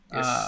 Yes